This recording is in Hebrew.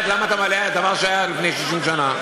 אחרת למה אתה מעלה דבר שהיה לפני 60 שנה?